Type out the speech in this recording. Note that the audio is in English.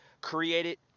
created